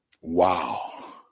Wow